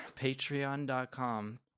Patreon.com